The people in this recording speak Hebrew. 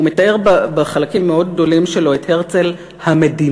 הוא מתאר בחלקים מאוד גדולים שלו את הרצל המדינאי,